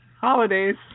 holidays